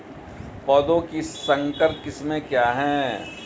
पौधों की संकर किस्में क्या हैं?